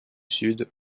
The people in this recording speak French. sud